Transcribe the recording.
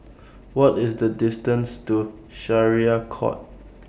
What IS The distance to Syariah Court